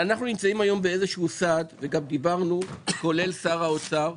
אנחנו היום בסד, וגם דיברנו, כולל שר האוצר,